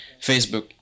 Facebook